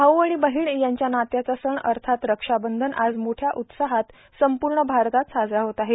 भाऊ आणि बहिण यांच्या नात्याचा सण अर्थात रक्षाबंधन आज मोठ्या उत्साहात संपूर्ण भारतात साजरा होत आहे